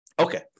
Okay